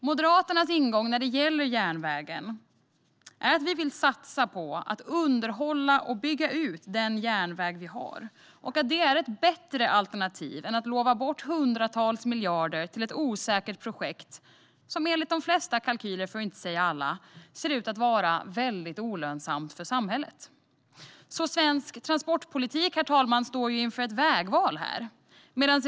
Moderaternas ingång när det gäller järnvägen är att satsa på att underhålla och bygga ut den järnväg vi har. Det är ett bättre alternativ än att lova bort hundratals miljarder till ett osäkert projekt som enligt de flesta, för att inte säga alla, kalkyler är väldigt olönsamt för samhället. Svensk transportpolitik står inför ett vägval, herr talman.